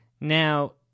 Now